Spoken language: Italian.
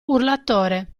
urlatore